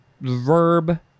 Verb